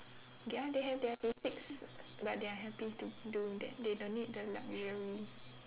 ya they have they have basics but they are happy to do that they don't need the luxury